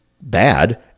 bad